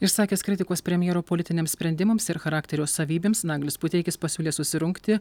išsakęs kritikos premjero politiniams sprendimams ir charakterio savybėms naglis puteikis pasiūlė susirungti